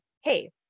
hey